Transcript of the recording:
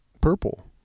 purple